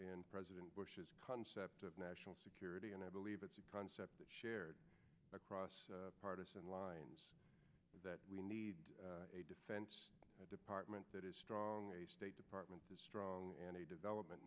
in president bush's concept of national security and i believe it's a concept shared across partisan lines that we need a defense department that is strong state department strong and a development